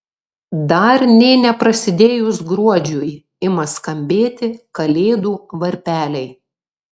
dar nė neprasidėjus gruodžiui ima skambėti kalėdų varpeliai